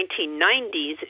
1990s